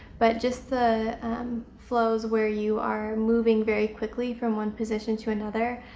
but just the flows where you are moving very quickly from one position to another.